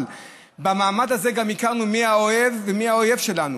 אבל במעמד הזה גם הכרנו מי האוהב ומי האויב שלנו,